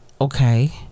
okay